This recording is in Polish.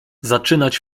zaczynać